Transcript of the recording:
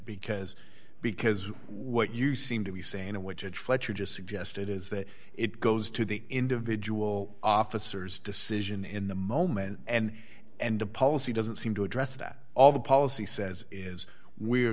because because what you seem to be saying which at fletcher just suggested is that it goes to the individual officers decision in the moment and and the policy doesn't seem to address that all the policy says is we're